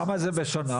כמה זה בשנה?